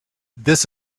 this